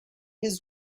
his